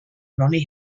ronnie